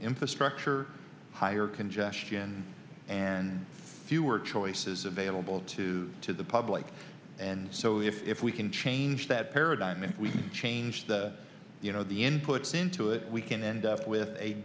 infrastructure higher congestion and fewer choices available to to the public and so if we can change that paradigm and we can change the you know the inputs into it we can end up with a